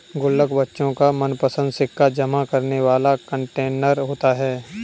गुल्लक बच्चों का मनपंसद सिक्का जमा करने वाला कंटेनर होता है